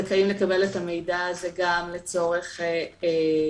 זכאים לקבל את המידע הזה גם לצורך פיטורין,